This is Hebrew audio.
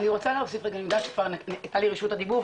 אני יודעת שכבר ניתנה לי רשות הדיבור,